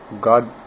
God